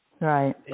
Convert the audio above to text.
Right